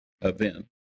event